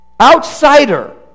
outsider